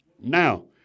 Now